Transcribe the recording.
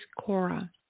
Cora